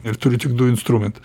ir turiu tik du instrumentus